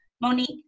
Monique